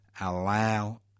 allow